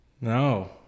No